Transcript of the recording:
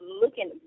looking